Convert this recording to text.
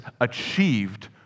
achieved